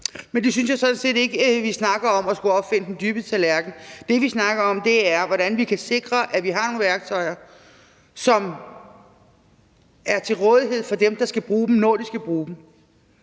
Men jeg synes sådan set ikke, vi snakker om at skulle opfinde den dybe tallerken. Det, vi snakker om, er, hvordan vi kan sikre, at vi har nogle værktøjer, som er til rådighed for dem, der skal bruge dem, når de skal bruge dem.